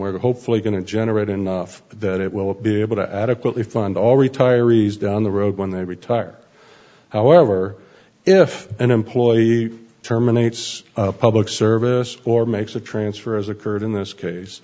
we're hopefully going to generate enough that it will be able to adequately fund all retirees down the road when they retire however if an employee terminates public service or makes a transfer as occurred in this